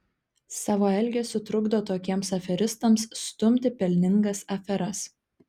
savo elgesiu trukdo tokiems aferistams stumti pelningas aferas